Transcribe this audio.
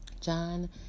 John